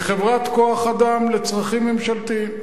לחברת כוח-אדם לצרכים ממשלתיים.